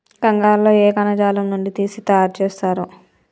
కంగారు లో ఏ కణజాలం నుండి తీసి తయారు చేస్తారు?